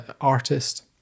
artist